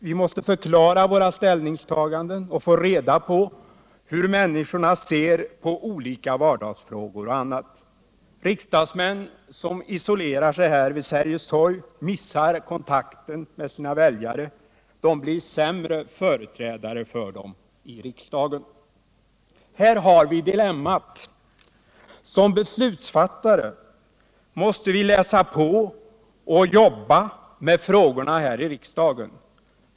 Vi måste förklara våra ställningstaganden och få reda på hur människorna ser på olika vardagsfrågor och annat. Riksdagsmän som isolerar sig vid Sergels torg mister kontakten med sina väljare, de blir sämre företrädare för dem i riksdagen. Här har vi dilemmat: Som beslutsfattare måste vi läsa på och jobba med frågorna här i riksdagen.